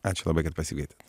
ačiū labai kad pasikeitėt